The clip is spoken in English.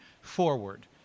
forward